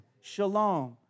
Shalom